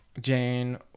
jane